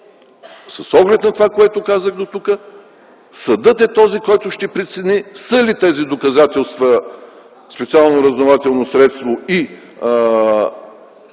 с оглед на това, което казах дотук, съдът е този, който ще прецени са ли тези доказателства специално разузнавателно средство и